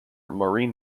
maureen